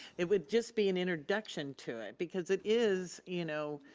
it would just be an introduction to it because it is, you know,